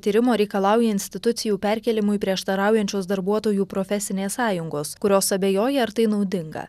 tyrimo reikalauja institucijų perkėlimui prieštaraujančios darbuotojų profesinės sąjungos kurios abejoja ar tai naudinga